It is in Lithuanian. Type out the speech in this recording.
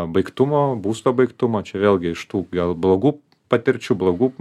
baigtumo būsto baigtumo čia vėlgi iš tų gal blogų patirčių blogų